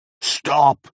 Stop